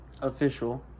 official